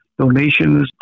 Donations